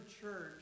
church